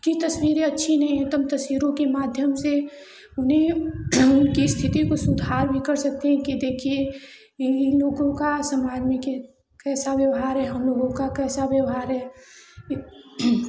की तस्वीरें अच्छी नहीं है तब तस्वीरों के माध्यम से उन्हें हम उनके स्थिति को सुधार कर सकते हैं कि देखिए की इन लोगों का समाज में किस तरह का व्यवहार है हमलोगों का कैसा व्यवहार है